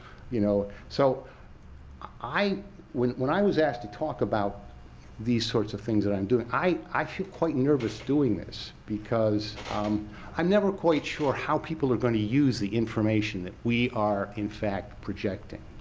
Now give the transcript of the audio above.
you know. so when when i was asked to talk about these sorts of things that i'm doing, i feel quite nervous doing this because um i'm never quite sure how people are going to use the information that we are in fact projecting.